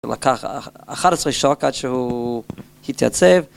הוא לקח 11 שעות עד שהוא התייצב